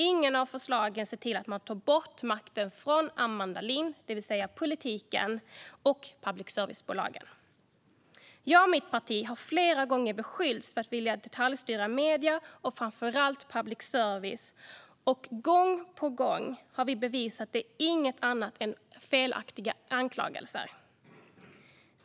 Inget av förslagen ser till att man flyttar makten från Amanda Lind, det vill säga politiken, och public service-bolagen. Jag och mitt parti har flera gånger beskyllts för att vilja detaljstyra medierna och framför allt public service. Gång på gång har vi bevisat att det inte är något annat än felaktiga anklagelser.